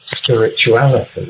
spirituality